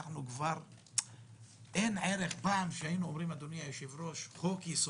פעם כשהיינו אומרים "חוק-יסוד"